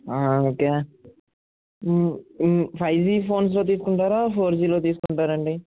okay five G ఫోన్స్లో తీసుకుంటారా four జిలో తీసుకుంటారా అండి